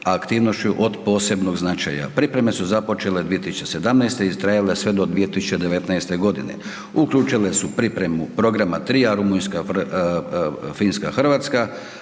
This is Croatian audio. aktivnošću od posebnog značaja. Pripreme su započele 2017. i trajale sve do 2019. godine. Uključile su pripremu programa Tria Rumunjska, Finska, Hrvatska.